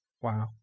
Wow